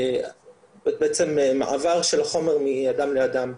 ובעצם מעבר של החומר מאדם לאדם.